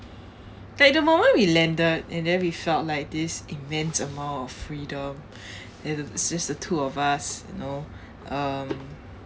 like the moment we landed and then we felt like this immense amount of freedom and it it's just the two of us you know um